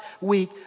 week